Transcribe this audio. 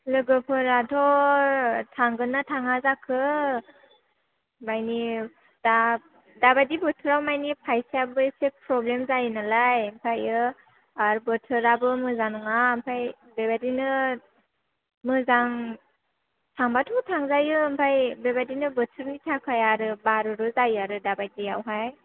लोगोफोराथ' थांगोनना थाङा जाखो मानि दा दाबादि बोथोराव मानि फैसायाबो एसे प्रब्लेम जायो नालाय ओमफायो आरो बोथोराबो मोजां नङा ओमफाय बेबायदिनो मोजां थांब्लाथ' थांजायो ओमफाय बेबादिनो बोथोरनि थाखाय आरो बारुरु जायो आरो दाबादियावहाय